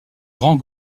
grand